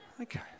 Okay